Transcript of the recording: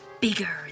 Bigger